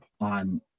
on